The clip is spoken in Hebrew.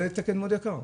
זה תקן מאוד יקר.